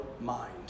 mind